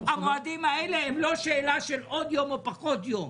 המועדים האלה הם לא שאלה של עוד יום או פחות יום,